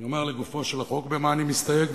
אני אומר לגופו של החוק ממה אני מסתייג,